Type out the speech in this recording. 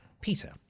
Peter